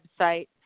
website